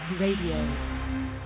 Radio